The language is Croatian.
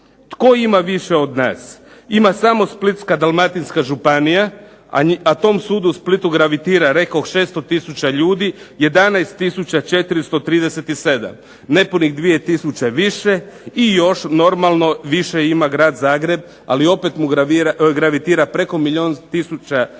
Tko ima više od nas? Ima samo Splitsko-dalmatinska županija, a tom sudu u Splitu gravitira rekoh 600 tisuća ljudi. 11 tisuća 437, nepunih dvije tisuće više. I još normalno više ima Grad Zagreb, ali opet mu gravitira preko milijun ljudi,